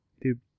Dude